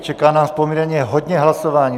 Čeká nás poměrně hodně hlasování.